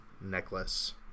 necklace